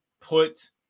put